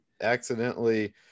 accidentally